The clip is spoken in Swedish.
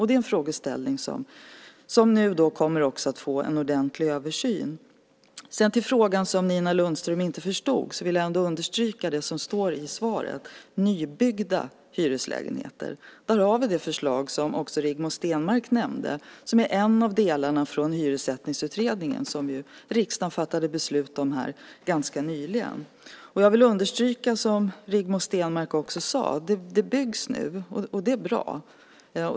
Det är en frågeställning som nu kommer att få en ordentlig översyn. Beträffande den fråga som Nina Lundström ändå inte förstod vill jag understyrka det som står i svaret: nybyggda hyreslägenheter. Där har vi ett förslag, som också Rigmor Stenmark nämnde. Det är en av delarna i den hyressättningsutredning som riksdagen fattade beslut om ganska nyligen. Jag vill understryka, som Rigmor Stenmark också sade, att det byggs nu, och det är bra.